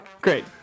great